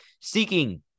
seeking